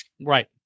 Right